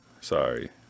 Sorry